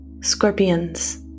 scorpions